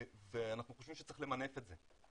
ואנחנו חושבים שצריך למנף את זה.